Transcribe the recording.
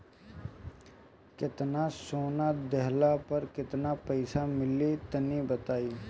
केतना सोना देहला पर केतना पईसा मिली तनि बताई?